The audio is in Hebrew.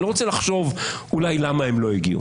אני לא רוצה לחשוב למה הם לא הגיעו.